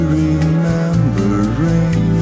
remembering